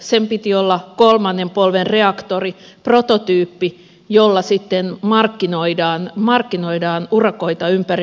sen piti olla kolmannen polven reaktori prototyyppi jolla sitten markkinoidaan urakoita ympäri maailmaa